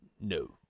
No